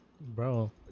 Bro